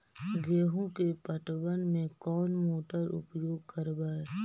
गेंहू के पटवन में कौन मोटर उपयोग करवय?